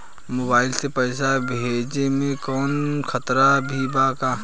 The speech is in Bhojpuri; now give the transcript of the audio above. मोबाइल से पैसा भेजे मे कौनों खतरा भी बा का?